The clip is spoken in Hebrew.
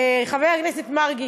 חבר הכנסת מרגי,